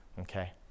Okay